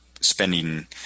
spending